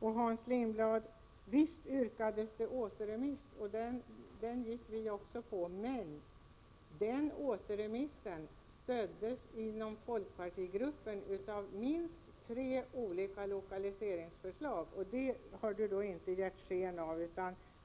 Visst yrkades det, Hans Lindblad, på återremiss, och det gick vi med på. Beträffande återremissen fanns inom folkpartigruppen stöd för minst tre olika lokaliseringsförslag, men det hade man inte gett sken av.